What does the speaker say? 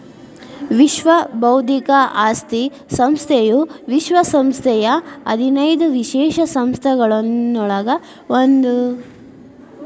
ವಿಶ್ವ ಬೌದ್ಧಿಕ ಆಸ್ತಿ ಸಂಸ್ಥೆಯು ವಿಶ್ವ ಸಂಸ್ಥೆಯ ಹದಿನೈದು ವಿಶೇಷ ಸಂಸ್ಥೆಗಳೊಳಗ ಒಂದ್